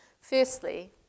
Firstly